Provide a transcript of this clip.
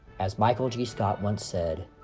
as michael g scott once said,